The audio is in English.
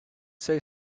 say